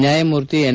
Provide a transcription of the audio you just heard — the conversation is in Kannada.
ನ್ಯಾಯಮೂರ್ತಿ ಎನ್